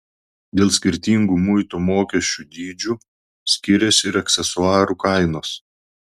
dėl skirtingų muito mokesčių dydžių skiriasi ir aksesuarų kainos